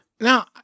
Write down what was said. Now